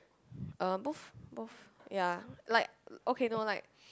uh both both ya like okay no like